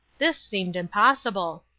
this seemed impossible.